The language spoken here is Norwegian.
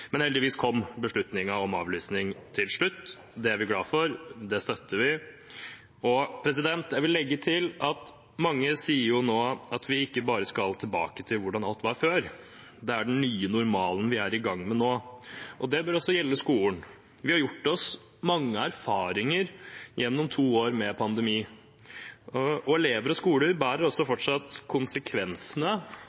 Men heldigvis kom beslutningen om avlysning til slutt. Det er vi glad for, det støtter vi. Jeg vil legge til: Mange sier nå at vi ikke bare skal tilbake til hvordan alt var før, at det er den nye normalen vi er i gang med nå, og det bør også gjelde skolen. Vi har gjort oss mange erfaringer gjennom to år med pandemi, og elever og skoler bærer også